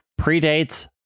predates